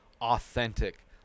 authentic